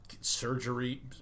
surgery